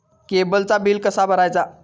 केबलचा बिल कसा भरायचा?